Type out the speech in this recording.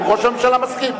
אם ראש הממשלה מסכים.